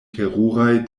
teruraj